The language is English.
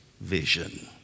vision